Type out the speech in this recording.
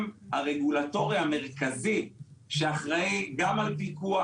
הרגולטורי המרכזי שאחראי גם על פיקוח,